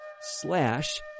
slash